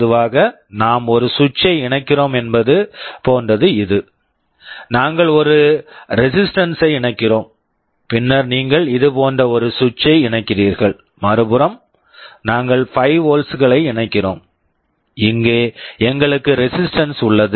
பொதுவாக நாம் ஒரு சுவிட்ச் switch ஐ இணைக்கிறோம் என்பது போன்றது இது நாங்கள் ஒரு ரெஸிஸ்டன்ஸ் resistance ஐ இணைக்கிறோம் பின்னர் நீங்கள் இது போன்ற ஒரு சுவிட்ச் switch ஐ இணைக்கிறீர்கள் மறுபுறம் நாங்கள் 5 வோல்ட்ஸ் volts களை இணைக்கிறோம் இங்கே எங்களுக்கு ரெஸிஸ்டன்ஸ் resistance உள்ளது